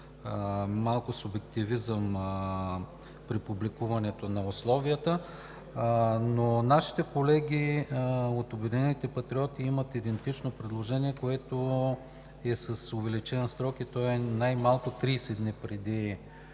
малко субективизъм при публикуването на условията. Нашите колеги от „Обединените патриоти“ имат идентично предложение, което е със увеличен срок и той е най-малко 30 дни преди